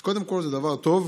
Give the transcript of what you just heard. אז קודם כול זה דבר טוב